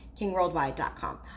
kingworldwide.com